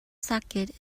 socket